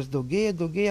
vis daugėja daugėja